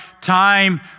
time